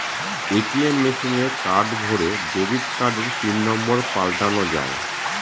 ATM মেশিনে card ভোরে debit কার্ডের পিন নম্বর পাল্টানো যায়